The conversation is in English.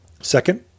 Second